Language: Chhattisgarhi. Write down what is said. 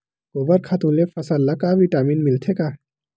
गोबर खातु ले फसल ल का विटामिन मिलथे का?